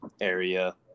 area